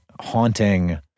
haunting